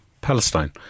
Palestine